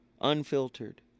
unfiltered